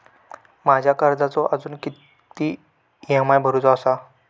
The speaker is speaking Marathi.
माझ्या कर्जाचो अजून किती ई.एम.आय भरूचो असा?